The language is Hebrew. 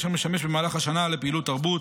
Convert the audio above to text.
אשר משמש במהלך השנה לפעילות תרבות,